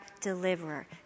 deliverer